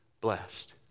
blessed